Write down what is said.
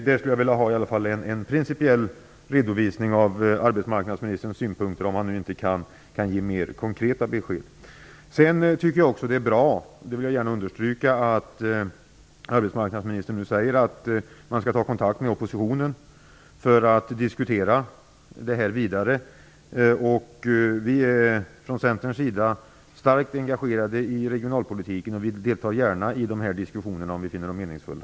Jag skulle på den punkten vilja få en principiell redovisning av arbetsmarknadsministerns synpunkter, om han nu inte kan ge mera konkreta besked. Jag vill också understryka att jag tycker att det är bra att arbetsmarknadsministern nu säger att man skulle ta kontakt med oppositionen för en ytterligare diskussion av dessa frågor. Vi är från Centerns sida starkt engagerade i regionalpolitiken och deltar gärna i dessa diskussioner, om vi finner dem meningsfulla.